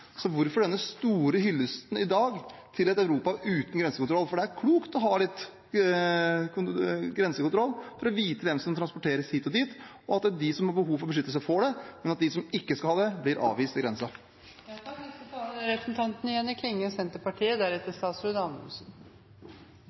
så hvorfor denne store hyllesten i dag til et Europa uten grensekontroll? For det er klokt å ha litt grensekontroll for å vite hvem som transporteres hit og dit, og for at de som har behov for beskyttelse, får det, men at de som ikke skal ha det, blir avvist ved grensen. Fordelen med slike debattar når ein sit og lyttar til innlegga, er